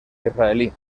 israelí